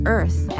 Earth